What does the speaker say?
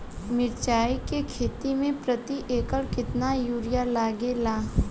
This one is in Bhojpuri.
मिरचाई के खेती मे प्रति एकड़ केतना यूरिया लागे ला?